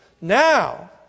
now